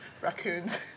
Raccoons